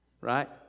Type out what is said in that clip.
right